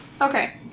Okay